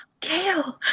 kale